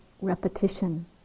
repetition